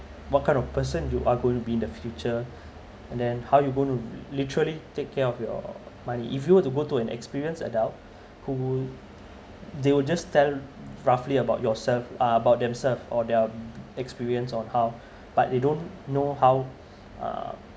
what kind of person you are gonna be the future and then how you gonna literally take care of your money if you were to go to an experienced adult who they will just tell roughly about yourself about themselves or their experience on how but you don't know how uh